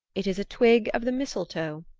it is a twig of the mistletoe.